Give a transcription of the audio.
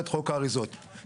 יכול להגיע גם בארגז.